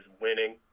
winning